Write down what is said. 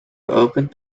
geopend